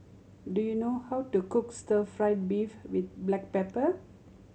do you know how to cook stir fried beef with black pepper